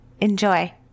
Enjoy